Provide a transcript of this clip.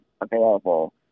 available